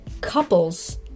couples